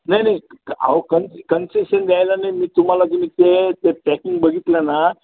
नाही नाही अहो कन् कन्सेशन द्यायला नाही मी तुम्हाला तुम्ही ते ते पॅकिंग बघितलं ना